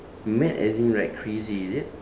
mad as in like crazy is it